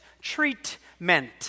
treatment